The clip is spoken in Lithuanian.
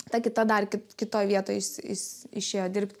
ta kita dar ki kitoj vietoj is is išėjo dirbt